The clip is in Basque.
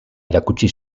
erakutsi